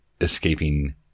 escaping